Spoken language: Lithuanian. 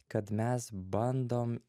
kad mes bandom